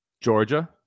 Georgia